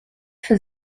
für